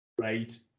right